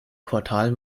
quartal